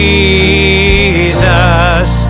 Jesus